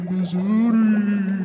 Missouri